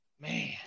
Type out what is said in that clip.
Man